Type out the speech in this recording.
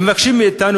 מבקשים מאתנו